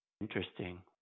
Interesting